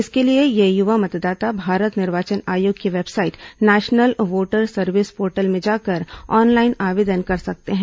इसके लिए ये युवा मतदाता भारत निर्वाचन आयोग की website national voter service portal में जाकर ऑनलाइन आवेदन कर सकते हैं